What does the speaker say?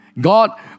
God